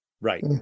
Right